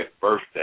birthday